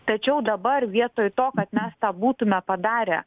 tačiau dabar vietoj to kad mes tą būtume padarę